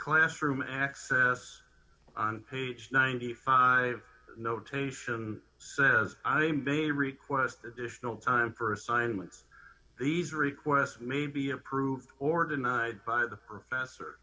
classroom access on page ninety five notation says they may request additional time for assignments these requests may be approved or denied by the professor